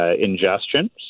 ingestion